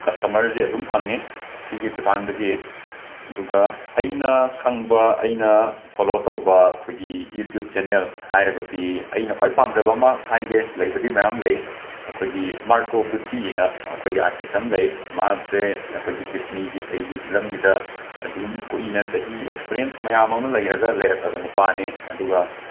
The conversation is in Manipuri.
ꯀꯁꯇꯃꯔꯁꯦ ꯑꯗꯨꯝ ꯐꯪꯉꯦ ꯁꯤꯒꯤ ꯈꯨꯊꯥꯡꯗꯒꯤ ꯑꯗꯨꯒ ꯑꯩꯅ ꯈꯪꯕ ꯑꯩꯅ ꯐꯣꯂꯣ ꯇꯧꯕ ꯈꯣꯏꯒꯤ ꯌꯨꯇ꯭ꯌꯨꯞ ꯆꯦꯅꯦꯜ ꯍꯥꯏꯔꯒꯗꯤ ꯑꯩꯅ ꯈ꯭ꯋꯥꯏ ꯄꯥꯝꯖꯕ ꯑꯃ ꯍꯥꯏꯒꯦ ꯂꯩꯕꯗꯤ ꯃꯌꯥꯝ ꯂꯩ ꯑꯩꯈꯣꯏꯒꯤ ꯃꯥꯔꯀꯣ ꯕꯨꯆꯤꯅ ꯑꯩꯈꯣꯏꯒꯤ ꯑꯥꯔꯇꯤꯁ ꯑꯝ ꯂꯩ ꯃꯥꯍꯛꯁꯦ ꯑꯩꯈꯣꯏꯒꯤ ꯗꯤꯁꯅꯤꯒꯤ ꯀꯩꯒꯤ ꯐꯤꯂꯝꯒꯤꯗ ꯑꯗꯨꯝ ꯀꯨꯏꯅ ꯆꯥꯍꯤ ꯑꯦꯛꯁꯄꯔꯦꯟꯁ ꯃꯌꯥꯝ ꯑꯃ ꯂꯩꯔꯒ ꯂꯩꯔꯛꯂꯕ ꯅꯨꯄꯥꯅꯤ ꯑꯗꯨꯒ